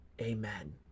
Amen